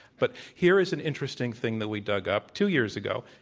but here is an interesting thing that we dug up two years ago,